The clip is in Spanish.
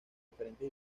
diferentes